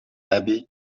abbey